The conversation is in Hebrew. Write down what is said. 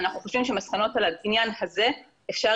ואנחנו חושבים שמסקנות על העניין הזה אפשר